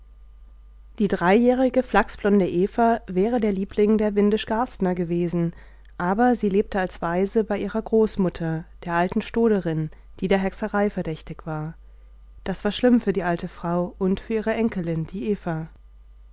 die dreijährige flachsblonde eva wäre der liebling der windisch garstener gewesen aber sie lebte als waise bei ihrer großmutter der alten stoderin die der hexerei verdächtig war das war schlimm für die alte frau und für ihre enkelin die eva